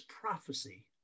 prophecy